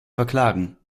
verklagen